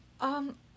Um